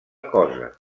cosa